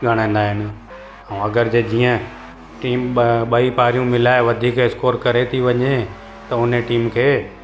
गणंदा आहिनि ऐं अगरि जे जीअं टीम ब बई बारियूं मिलाए वधीक स्कोर करे थी वञे त हुने टीम खे